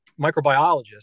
microbiologist